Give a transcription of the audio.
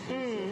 mm